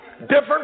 different